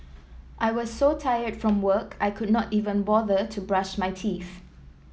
I was so tired from work I could not even bother to brush my teeth